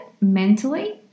mentally